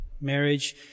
Marriage